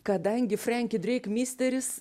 kadangi frenki dreik misteris